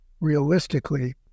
realistically